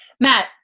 Matt